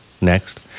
next